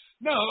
No